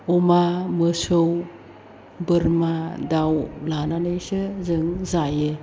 अमा मोसौ बोरमा दाउ लानानैसो जों जायो